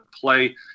play